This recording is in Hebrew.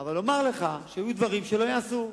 אבל לומר לך שהיו דברים שלא ייעשו,